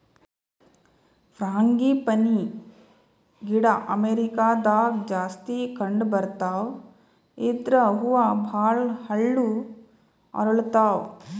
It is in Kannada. ಫ್ರಾಂಗಿಪನಿ ಗಿಡ ಅಮೇರಿಕಾದಾಗ್ ಜಾಸ್ತಿ ಕಂಡಬರ್ತಾವ್ ಇದ್ರ್ ಹೂವ ಭಾಳ್ ಹಳ್ಳು ಅರಳತಾವ್